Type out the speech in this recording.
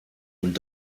und